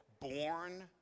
born